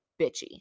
bitchy